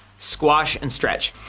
squash and stretch.